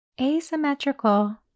asymmetrical